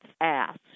asked